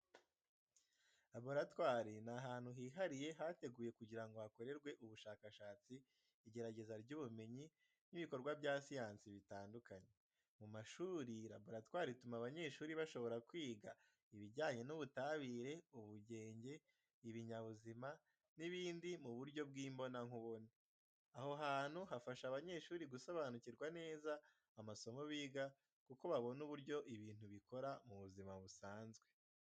Laboratwari ni ahantu hihariye hateguwe kugira ngo hakorerwe ubushakashatsi, igerageza ry’ubumenyi n’ibikorwa bya siyansi bitandukanye. Mu mashuri, laboratwari ituma abanyeshuri bashobora kwiga ibijyanye n’ubutabire, ubugenge, ibinyabuzima n’ibindi mu buryo bw’imbonankubone. Aho hantu hafasha abanyeshuri gusobanukirwa neza amasomo biga, kuko babona uburyo ibintu bikora mu buzima busanzwe.